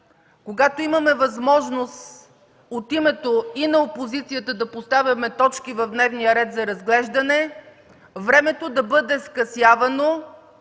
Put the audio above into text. когато имаме възможност от името и на опозицията да поставяме точки в дневния ред за разглеждане, времето да бъде скъсявано,